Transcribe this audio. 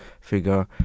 figure